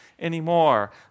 anymore